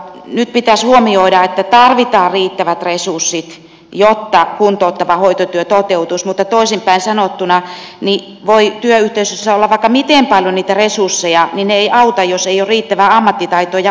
nyt pitäisi huomioida että tarvitaan riittävät resurssit jotta kuntouttava hoitotyö toteutuisi mutta toisin päin sanottuna voi työyhteisössä olla vaikka miten paljon niitä resursseja mutta ne eivät auta jos ei ole riittävää ammattitaitoa ja osaamista